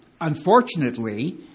unfortunately